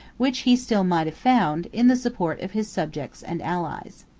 which he still might have found, in the support of his subjects and allies.